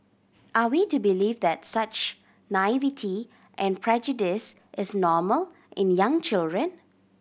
are we to believe that such naivety and prejudice is normal in young children